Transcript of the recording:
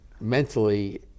mentally